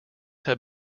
have